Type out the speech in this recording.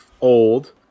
old